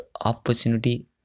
opportunity